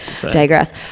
digress